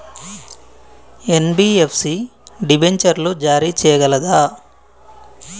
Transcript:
NBFC డిబెంచర్లు జారీ చేయగలదా?